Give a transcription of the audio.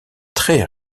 très